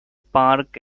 park